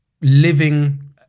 living